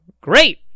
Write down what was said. Great